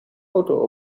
auto